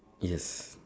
yes